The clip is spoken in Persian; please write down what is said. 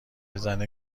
زنه